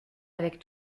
avec